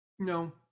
No